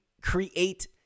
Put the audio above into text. create